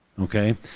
Okay